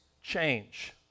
change